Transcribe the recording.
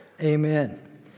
Amen